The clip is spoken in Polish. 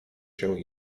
się